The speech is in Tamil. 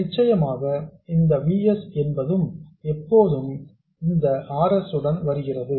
நிச்சயமாக இந்த V s எப்போதும் இந்த R s உடன் வருகிறது